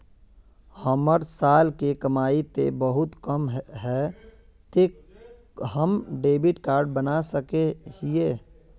हमर साल के कमाई ते बहुत कम है ते हम डेबिट कार्ड बना सके हिये?